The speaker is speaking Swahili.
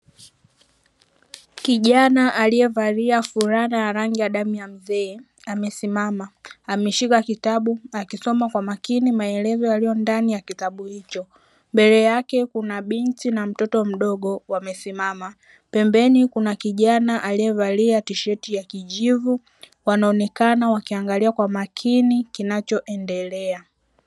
Kijana aliyevalia fulana ya rangi ya damu ya mzee. Amesimama, ameshika kitabu akisoma kwa makini maelezo yaliyo ndani ya kitabu hicho. Mbele yake kuna binti na mtoto mdogo wamesimama. Pembeni kuna kijana aliyevalia tisheti ya kijivu, wanaonekana wakiangalia kwa makini kinachoendelea.